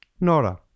Nora